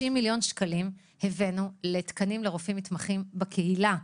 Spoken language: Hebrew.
60 מיליון שקלים הבאנו לתקנים לרופאים מתמחים בקהילה.